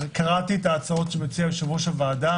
קראתי את ההצעות שמציע יושב-ראש הוועדה.